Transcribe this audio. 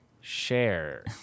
Share